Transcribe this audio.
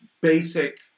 basic